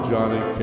Johnny